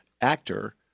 actor